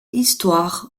histoire